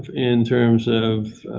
in terms of